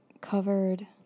covered